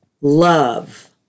love